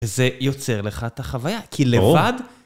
וזה יוצר לך את החוויה, ברור, כי לבד...